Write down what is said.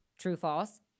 true/false